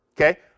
okay